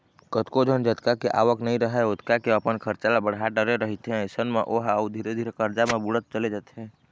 कतको झन जतका के आवक नइ राहय ओतका के अपन खरचा ल बड़हा डरे रहिथे अइसन म ओहा अउ धीरे धीरे करजा म बुड़त चले जाथे